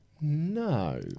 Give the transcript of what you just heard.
No